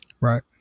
right